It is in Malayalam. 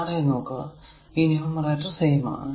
ഈ Ra നോക്കുക ന്യൂമറേറ്റർ സെയിം ആണ്